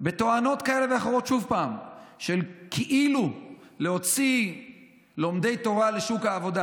בתואנות כאלה ואחרות של כאילו להוציא לומדי תורה לשוק העבודה.